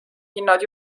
hinnad